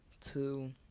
two